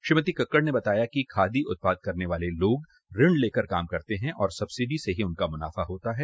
श्रीमती कक्कड ने बताया कि खादी उत्पाद करने वाले लोक ऋण लेकर काम करते हैं और सब्सिडी से ही उनका मुनाफा होता है